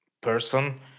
person